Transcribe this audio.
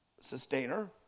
sustainer